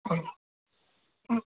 अं